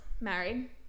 married